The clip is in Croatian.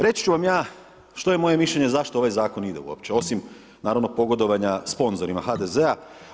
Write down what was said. Reći ću vam ja što je moje mišljenje zašto ovaj zakon ide uopće osim naravno pogodovanja sponzorima HDZ-a.